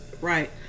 Right